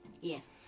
Yes